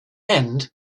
end